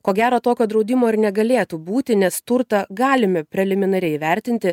ko gero tokio draudimo ir negalėtų būti nes turtą galime preliminariai įvertinti